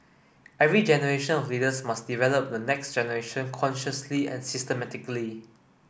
every generation of leaders must develop the next generation consciously and systematically